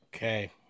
Okay